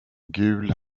gul